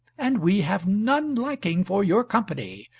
and we have none liking for your company,